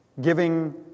giving